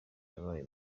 yabaye